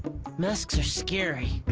masks are scary.